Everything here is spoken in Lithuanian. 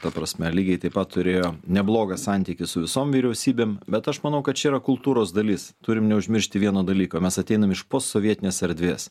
ta prasme lygiai taip pat turėjo neblogą santykį su visom vyriausybėm bet aš manau kad čia yra kultūros dalis turim neužmiršti vieno dalyko mes ateinam iš postsovietinės erdvės